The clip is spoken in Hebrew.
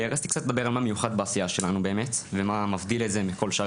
רציתי קצת לדבר על מה מיוחד בעשייה שלנו באמת ומה מבדיל את זה מכל שאר